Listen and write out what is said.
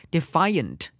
Defiant